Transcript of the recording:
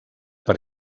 per